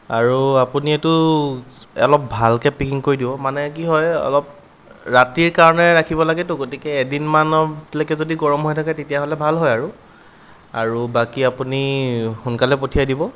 আৰু আপুনি এইটো অলপ ভালকে পেকিং কৰি দিব মানে কি হয় অলপ ৰাতিৰ কাৰণে ৰাখিব লাগেতো গতিকে এদিন মানলৈকে যদি গৰম হৈ থাকে তেতিয়াহ'লে ভাল হয় আৰু আৰু বাকী আপুনি সোনকালে পঠিয়াই দিব